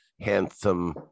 handsome